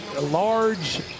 large